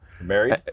married